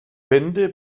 bände